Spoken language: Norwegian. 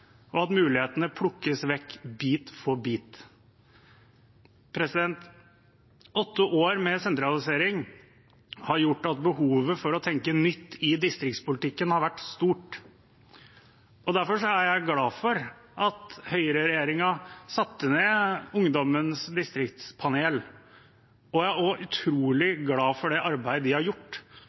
og at mulighetene plukkes vekk bit for bit. Åtte år med sentralisering har gjort at behovet for å tenke nytt i distriktspolitikken har blitt stort. Derfor er jeg glad for at høyreregjeringen satte ned Ungdommens distriktspanel. Jeg er også utrolig glad for det arbeidet de har gjort,